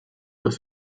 dass